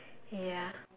ya